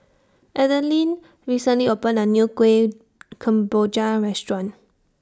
Adeline recently opened A New Kuih Kemboja Restaurant